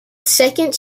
second